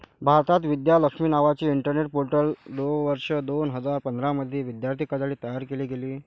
भारतात, विद्या लक्ष्मी नावाचे internet portal वर्ष दोन हजार पंधरा मध्ये विद्यार्थी कर्जासाठी तयार केले गेले